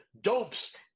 dopes